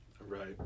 Right